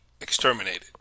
exterminated